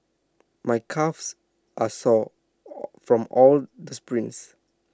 my calves are sore from all the sprints